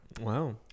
Wow